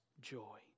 joy